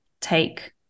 take